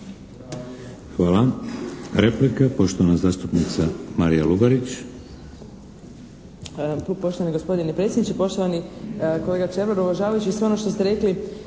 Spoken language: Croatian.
Hvala. Replika, poštovana zastupnica Marija Lugarić.